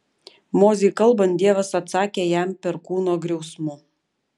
mozei kalbant dievas atsakė jam perkūno griausmu